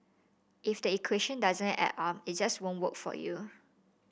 if the equation doesn't add up it just won't work for you